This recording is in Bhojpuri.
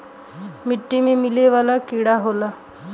मिट्टी में मिले वाला कीड़ा होला